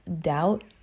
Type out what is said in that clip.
doubt